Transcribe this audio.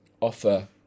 offer